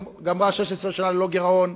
גמרה 16 שנה ללא גירעון,